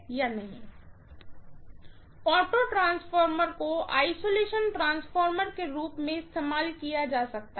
auto transformer को isolation transformer के रूप में इस्तेमाल नहीं किया जा सकता है